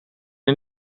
een